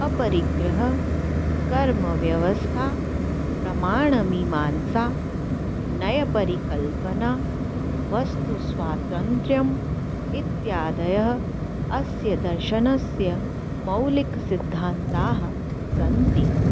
अपरिग्रहः कर्मव्यवस्था प्रमाणमीमांसा नयपरिकल्पना वस्तुस्वातन्त्र्यम् इत्यादयः अस्य दर्शनस्य मौलिकसिद्धान्ताः सन्ति